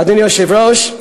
אדוני היושב-ראש,